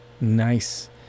nice